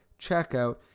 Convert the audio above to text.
checkout